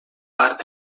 part